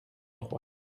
trois